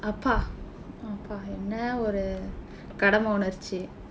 அப்பா அப்பா என்ன ஒரு முயற்சி:appaa appaa enna oru muyarchsi